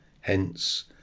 Hence